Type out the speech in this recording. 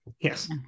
Yes